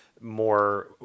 more